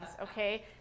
okay